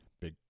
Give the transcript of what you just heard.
big